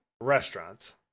restaurants